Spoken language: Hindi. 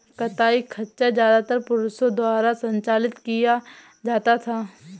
कताई खच्चर ज्यादातर पुरुषों द्वारा संचालित किया जाता था